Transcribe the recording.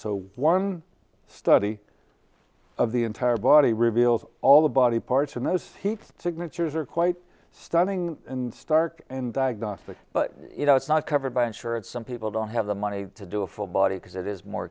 so one study of the entire body reveals all the body parts and this heat signatures are quite stunning and stark and diagnostic but you know it's not covered by insurance some people don't have the money to do a full body because it is more